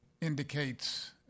indicates